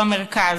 במרכז.